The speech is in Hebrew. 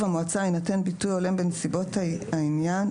המועצה יינתן ביטוי הולם בנסיבות העניין.